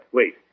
Wait